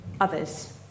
others